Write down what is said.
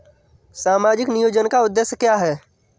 सामाजिक नियोजन का उद्देश्य क्या है?